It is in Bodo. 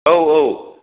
औ औ